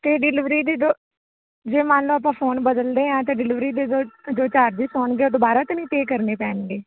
ਅਤੇ ਡਿਲੀਵਰੀ ਦੀ ਡ ਜੇ ਮੰਨ ਲਉ ਆਪਾਂ ਫੋਨ ਬਦਲਦੇ ਹਾਂ ਤਾਂ ਡਿਲੀਵਰੀ ਦੇ ਜੋ ਜੋ ਚਾਰਜਸ ਹੋਣਗੇ ਉਹ ਦੁਬਾਰਾ ਤਾਂ ਨਹੀਂ ਪੇ ਕਰਨੇ ਪੈਣਗੇ